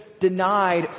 denied